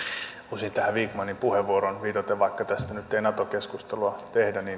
osin tähän vikmanin puheenvuoroon viitaten vaikka tästä nyt ei nato keskustelua tehdä